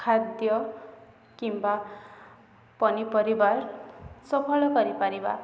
ଖାଦ୍ୟ କିମ୍ବା ପନିପରିବା ସଫଳ କରିପାରିବା